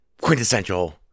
quintessential